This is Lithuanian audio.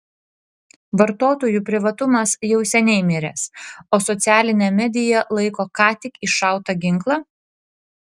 vartotojų privatumas jau seniai miręs o socialinė media laiko ką tik iššautą ginklą